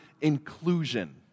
inclusion